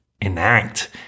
enact